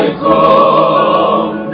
come